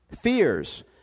Fears